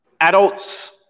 adults